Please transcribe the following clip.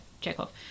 Chekhov